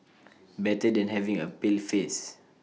better than having A pale face